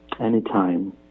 anytime